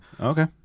Okay